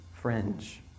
fringe